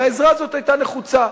והעזרה הזאת היתה נחוצה.